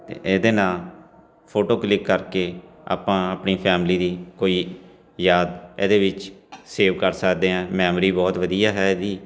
ਇਹਦੇ ਨਾਲ photo click ਕਰਕੇ ਆਪਾਂ ਆਪਣੀ ਫੈਮਲੀ ਦੀ ਕੋਈ ਯਾਦ ਇਹਦੇ ਵਿੱਚ ਸੇਵ ਕਰ ਸਕਦੇ ਹਾਂ ਮੈਮਰੀ ਬਹੁਤ ਵਧੀਆ ਹੈ ਇਹਦੀ